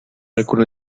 alcune